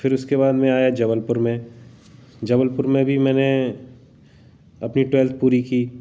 फिर उसके बाद मैं आया जबलपुर में जबलपुर में भी मैंने अपनी टवेल्थ पूरी की